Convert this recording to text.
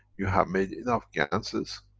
you have made enough ganses